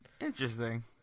Interesting